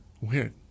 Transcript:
Weird